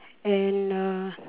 and uh